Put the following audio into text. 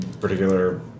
particular